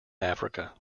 africa